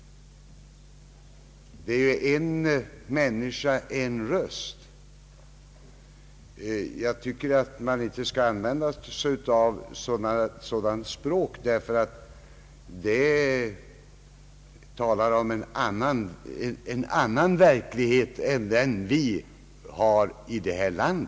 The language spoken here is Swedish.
Det är ju en människa, en röst. Jag tycker att man inte skall använda ett språk, som talar om en annan verklighet än den vi har i detta land.